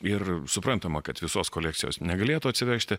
ir suprantama kad visos kolekcijos negalėtų atsivežti